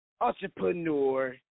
entrepreneur